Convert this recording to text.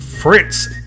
Fritz